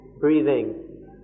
breathing